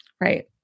right